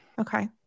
Okay